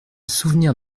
souvenir